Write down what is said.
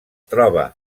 troba